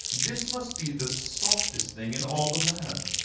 this must be the softest thing in all the land!